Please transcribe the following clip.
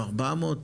400,